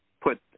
put